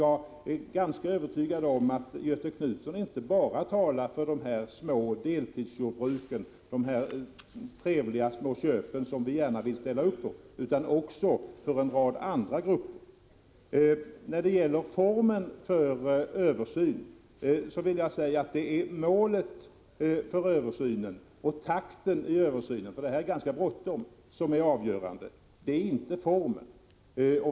Jag är ganska säker på att Göthe Knutson inte bara talar för de små deltidsjordbruken — de trevliga små köpen som vi gärna vill ställa upp på —- utan också för en rad andra grupper. När det gäller översynen är målet och takten det avgörande, för det är ganska bråttom, men inte formen.